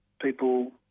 people